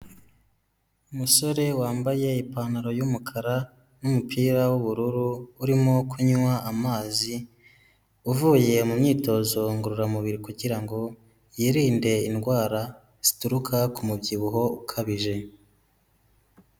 Umusore wambaye ipantaro y'umukara n'umupira w'ubururu, urimo kunywa amazi, uvuye mu myitozo ngororamubiri kugira ngo yirinde indwara zituruka ku mubyibuho ukabije.